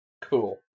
Cool